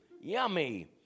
yummy